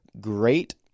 great